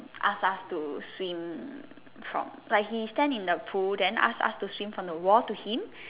ask us to swim from like he stand in pool then ask us to swim from the wall to him